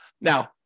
Now